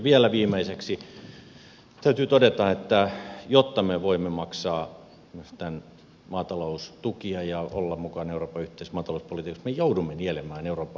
vielä viimeiseksi täytyy todeta että jotta me voimme maksaa myös maataloustukia ja olla mukana euroopan yhteisessä maatalouspolitiikassa me joudumme nielemään euroopan unionin byrokratiaa